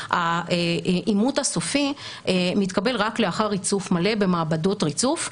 האימות הסופי מתקבל רק לאחר ריצוף מלא במעבדות ריצוף,